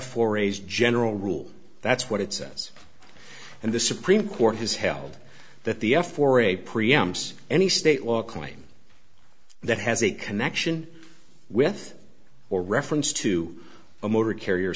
f or a's general rule that's what it says and the supreme court has held that the f for a pre amps any state law claim that has a connection with or reference to a motor carrier